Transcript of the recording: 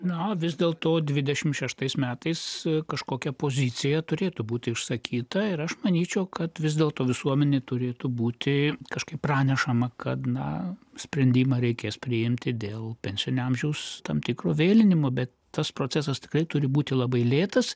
na o vis dėl to dvidešim šeštais metai su kažkokia pozicija turėtų būti užsakyta ir aš manyčiau kad vis dėlto visuomenei turėtų būti kažkaip pranešama kad na sprendimą reikės priimti dėl pensinio amžiaus tam tikrų vėlinimų bet tas procesas tikrai turi būti labai lėtas